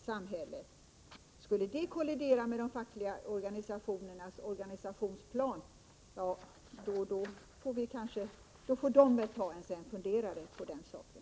Skulle det kollidera med de fackliga organisationernas organisationsplan, får de väl ta sig en funderare på den saken.